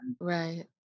Right